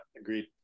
Agreed